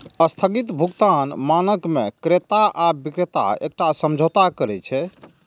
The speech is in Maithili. स्थगित भुगतान मानक मे क्रेता आ बिक्रेता एकटा समझौता करै छै